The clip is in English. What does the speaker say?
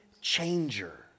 changer